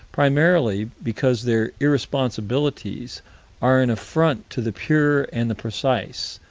primarily because their irresponsibilities are an affront to the pure and the precise,